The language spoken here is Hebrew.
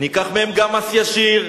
ניקח מהן גם מס ישיר,